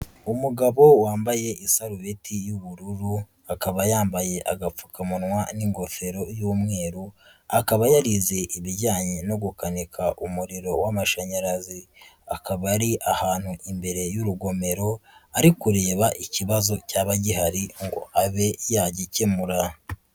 Umugabo wambaye isarubeti y'ubururu, akaba yambaye agapfukamunwa n'ingofero y'umweru, akaba yarizeye ibijyanye no gukanika umuriro w'amashanyarazi, akaba ari ahantu imbere y'urugomero, arikureba ikibazo cyaba gihari ngo abe yagikemura.